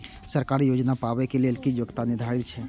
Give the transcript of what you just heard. सरकारी योजना पाबे के लेल कि योग्यता निर्धारित छै?